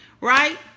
right